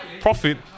profit